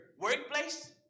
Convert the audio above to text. workplace